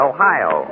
Ohio